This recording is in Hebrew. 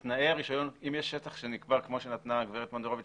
אם יש שטח שנקבע, כמו שאמרה גברת מונדרוביץ